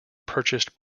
purchased